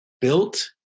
built